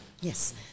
Yes